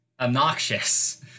obnoxious